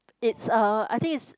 it's a I think is